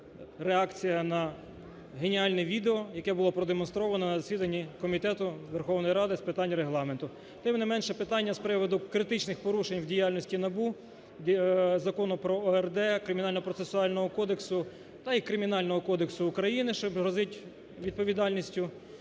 реакція на геніальне відео, яке було продемонстроване на засіданні Комітету Верховної Ради з питань Регламенту. Тим не менше, питання з приводу критичних порушень в діяльності НАБУ, Закону про ОРД, Кримінального процесуального кодексу та і Кримінального кодексу України, що грозить відповідальністю